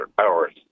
hours